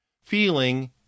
Feeling